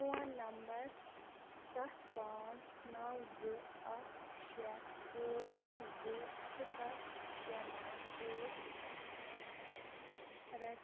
phone number سَتھ پانٛژھ نَو زٕ اَکھ شےٚ ٲٹھ زٕ صِفر شےٚ نَو سۭتۍ رَج